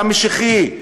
המשיחי,